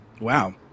Wow